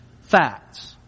facts